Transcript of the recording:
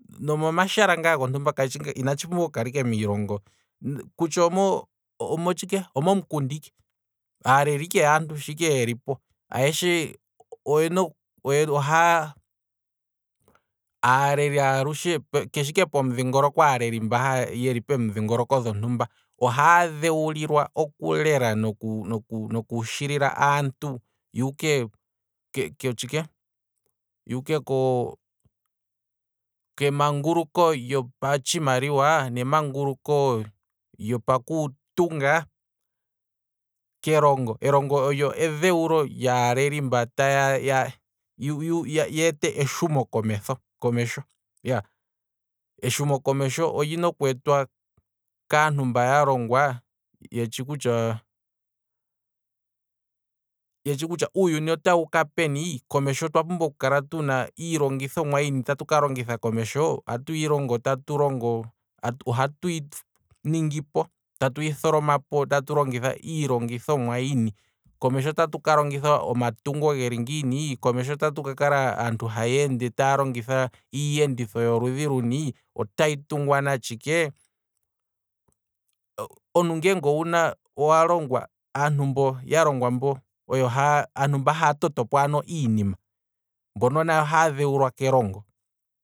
Nomoma shala ngaa gontumba, inatshi pumbwa okukala ike miilongo, okutya omo- omo tshike, omo mukunda ike, aaleli ike yaantu shi yelipo oyena. ohaa, aaleli ike ayeshe keshe ike pomudhingoloko gontumba, ohaya dhewulilwa oku lela noku noku noku shilila aantu yuuke, kotshike, yuke koo, kemanguluko lyopatshimaliwa, nemanguluko lyopaku tunga, kelongo, elongo olyo edhewulo lyaaleli mbo taya yu- yu yeete eshumo komesho, iyaa, eshumo komesho olyina okweetwa kaantu mba yalongwa, yetshi kutya uuyuni otawu uka peni, komesho otwa pumbwa tukale tuna iilongithomwa yini tatuka longitha komesho, otatu longo, ohatu yi ningipo, tatu yi tholomapo tatu longitha iilongithomwa yini, komesho otatu klongitha omatungo geli ngiini, komesho otatu ka kala aantu haya ende taya longitha iiyenditho yoludhi luni, otayi tungwa natshike, omuntu ngeenge owuna, owa longwa aantu mbo yalongwa mbo oyo haa, aantu mba haya totopo iinima mbono nayo ohaya dhewulwa kelongo